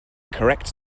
correct